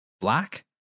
Black